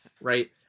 right